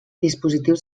dispositius